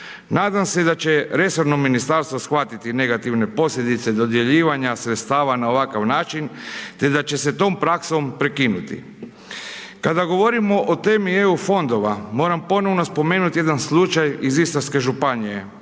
Nadam se da će resorno ministarstvo shvatiti negativne posljedice dodjeljivanja sredstava na ovakav način te da će se s tom praksom prekinuti. Kada govorimo o temi EU fondova, moramo ponovno spomenuti jedan slučaj iz Istarske županije